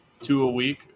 two-a-week